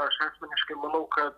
aš asmeniškai manau kad